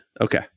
Okay